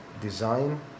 design